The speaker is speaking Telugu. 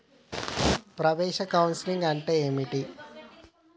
ప్రవేశ కౌన్సెలింగ్ అంటే ఏమిటి?